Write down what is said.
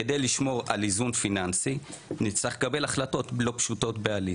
כדי לשמור על איזון פיננסי נצטרך לקבל החלטות לא פשוטות בעליל.